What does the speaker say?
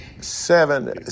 seven